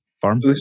farm